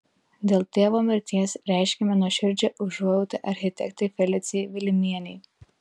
dėl tėvo mirties reiškiame nuoširdžią užuojautą architektei felicijai vilimienei